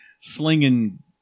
slinging